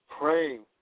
praying